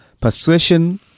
persuasion